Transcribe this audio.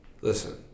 listen